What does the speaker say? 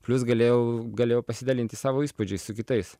plius galėjau galėjau pasidalinti savo įspūdžiais su kitais